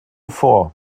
vor